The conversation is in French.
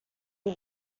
est